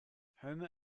homer